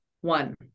One